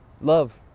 Love